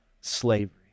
slavery